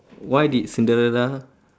why did cinderella